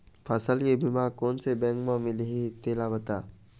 फसल के बीमा कोन से बैंक म मिलही तेला बता?